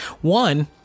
one